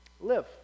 Live